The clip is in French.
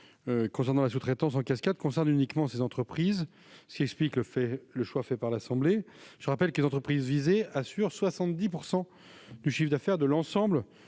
matière de sous-traitance en cascade concernent uniquement ces entreprises, ce qui explique le fait le choix fait par l'Assemblée nationale. Je vous rappelle que les entreprises visées assurent 70 % du chiffre d'affaires de l'ensemble